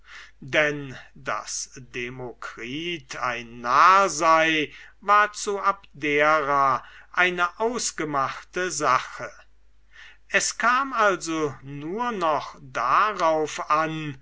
denn daß demokritus ein narr sei war zu abdera eine ausgemachte sache es kam also nur noch darauf an